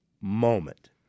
moment